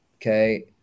okay